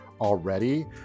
already